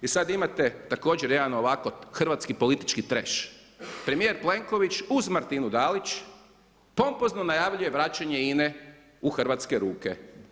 I sad imate također jedan ovako hrvatski politički trash, premijer Plenković, uz Martinu Dalić pompozno najavljuje vraćanje Ine u hrvatske ruke.